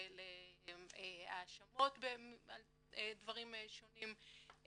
להאשמות בדברים שונים,